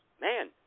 man